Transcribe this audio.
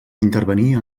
intervenir